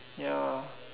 ya